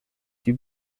die